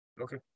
Okay